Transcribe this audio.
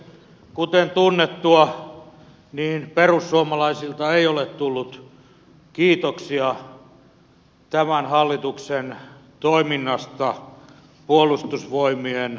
kuten tunnettua perussuomalaisilta ei ole tullut kiitoksia tämän hallituksen toiminnasta puolustusvoimien osalta